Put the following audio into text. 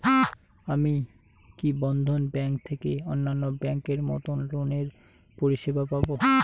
আমি কি বন্ধন ব্যাংক থেকে অন্যান্য ব্যাংক এর মতন লোনের পরিসেবা পাব?